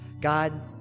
God